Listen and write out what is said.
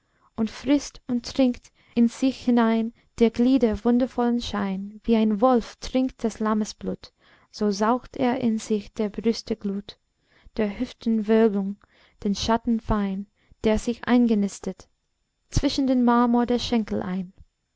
und frißt und trinkt in sich hinein der glieder wundervollen schein wie ein wolf trinkt des lammes blut so saugt er in sich der brüste glut der hüften wölbung den schatten fein der sich eingenistet zwischen den marmor der schenkel ein